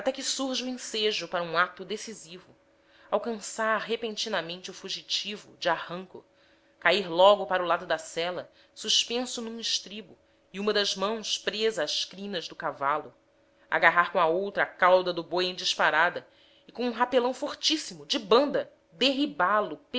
que surja o ensejo para um ato decisivo alcançar repentinamente o fugitivo de arranco cair logo para o lado da sela suspenso num estribo e uma das mãos presa às crinas do cavalo agarrar com a outra a cauda do boi em disparada e com um repelão fortíssimo de banda